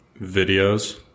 videos